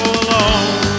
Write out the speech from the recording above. alone